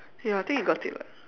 ya I think we got it lah